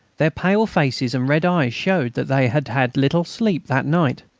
their pale faces and red eyes showed that they had had little sleep that night.